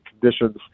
conditions